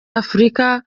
afurika